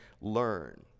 learn